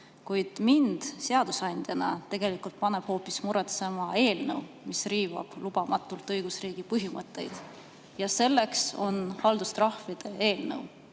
Kuid mind seadusandjana paneb tegelikult hoopis muretsema eelnõu, mis riivab lubamatult õigusriigi põhimõtteid. Selleks on haldustrahvide eelnõu,